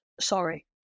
sorry